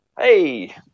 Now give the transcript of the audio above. Hey